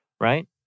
right